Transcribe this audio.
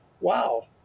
wow